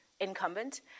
incumbent